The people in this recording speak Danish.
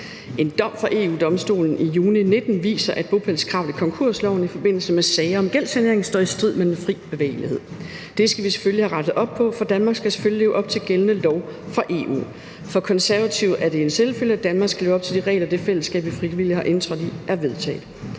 En dom fra EU-Domstolen i juni 2019 viser, at bopælskravene i konkursloven i forbindelse med sager om gældssanering står i strid med den fri bevægelighed. Det skal vi selvfølgelig rette op på, for Danmark skal selvfølgelig leve op til gældende lov for EU. For Konservative er det en selvfølge, at Danmark skal leve op til de regler, som det fællesskab, vi frivilligt har indtrådt i, har vedtaget.